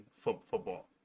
football